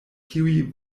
tiuj